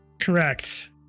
Correct